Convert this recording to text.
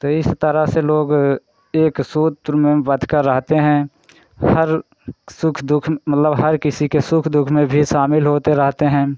तो इस तरह से लोग एक सूत्र में बंधकर रहते हैं हर सुख दुख मतलब हर किसी के सुख दुख में भी शामील होते रहते हैं